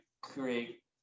create